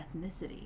ethnicity